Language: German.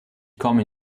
komme